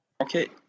Okay